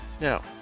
Now